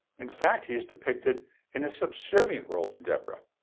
in fact, he is depicted in a subservient role to deborah.